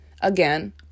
again